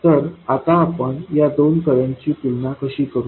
तर आता आपण या दोन करंट ची तुलना कशी करू